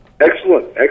Excellent